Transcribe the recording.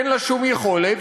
אין לה שום יכולת,